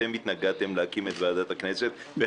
אתם התנגדתם להקים את ועדת הכנסת.